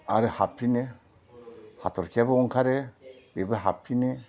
आरो हाबफिनो हाथरखियाबो ओंखारो बेबो हाबफिनो